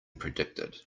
predicted